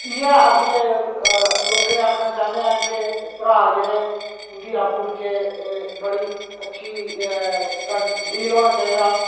इ'यै अग्गें लोकें गी आखना चाह्न्ने आं कि भ्राऽ जेह्ड़े उं'दी आपूं बिच्चें बड़ी अच्छी उं'दा डील होना चाहिदा